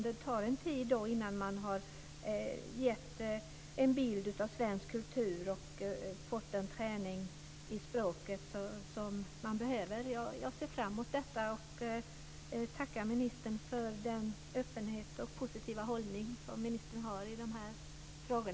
Det tar en tid innan man har gett dem en bild av svensk kultur och innan de har fått den träning i språket som de behöver. Jag ser fram emot detta och tackar ministern för den öppenhet och positiva hållning som hon har i dessa frågor.